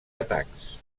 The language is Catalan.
atacs